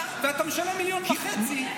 -- ואתה משלם מיליון וחצי לסגן.